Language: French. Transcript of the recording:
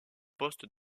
poste